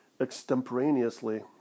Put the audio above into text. extemporaneously